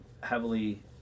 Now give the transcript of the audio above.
heavily